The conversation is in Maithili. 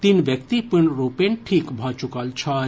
तीन व्यक्ति पूर्णरूपेण ठीक भऽ चुकल छथि